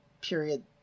period